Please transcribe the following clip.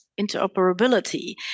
interoperability